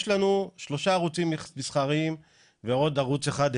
יש לנו שלושה ערוצים מסחריים ועוד ערוץ אחד,